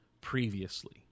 previously